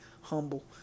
humble